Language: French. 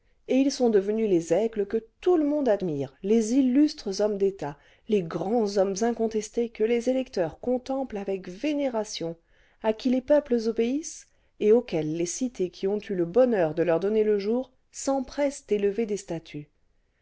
et ils sont devenus les aigles que tout le monde admire les il lustres hommes d'eat les grands hommes incontestés que les électeurs contemplent avec vénération à qui les peuples obéissent et auxquels les cités qui ont eu le bonheur de leur donner le jour s'empressent d'élever des statues